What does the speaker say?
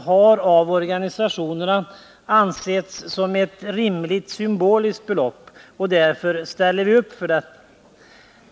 har av organisationerna ansetts som ett rimligt symboliskt belopp, och därför ställer vi upp på detta.